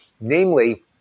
namely